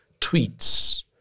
tweets